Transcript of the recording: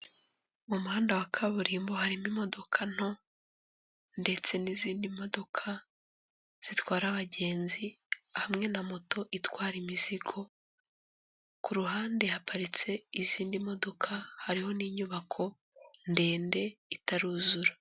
Mu muhanda wa kaburimbo harimo imodoka nto ndetse n'izindi modoka zitwara abagenzi hamwe na moto itwara imizigo, ku ruhande haparitse izindi modoka hariho n'inyubako ndende itaruzura.